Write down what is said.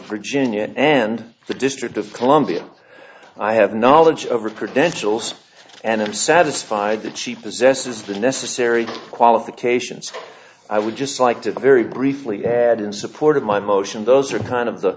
virginia and the district of columbia i have knowledge of are preventable and i'm satisfied that cheap possesses the necessary qualifications i would just like to very briefly had in support of my motion those are kind of the